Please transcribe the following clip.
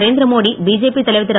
Narendra Modi BJP தலைவர் திரு